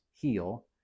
heal